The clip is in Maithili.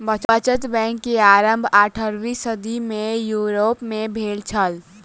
बचत बैंक के आरम्भ अट्ठारवीं सदी में यूरोप में भेल छल